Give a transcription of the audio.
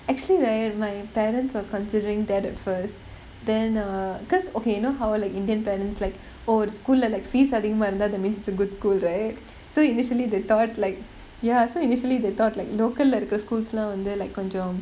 actually right my parents were considering that at first then err because okay you know how like indian parents like oh school leh like fees அதிகமா இருந்தா:athigamaa irunthaa means it's a good school right so initially they thought like ya so initially they thought like local leh இருக்குற:irukkura schools லாம் வந்து:laam vanthu like கொஞ்சம்:konjam